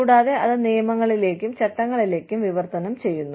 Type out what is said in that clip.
കൂടാതെ അത് നിയമങ്ങളിലേക്കും ചട്ടങ്ങളിലേക്കും വിവർത്തനം ചെയ്യുന്നു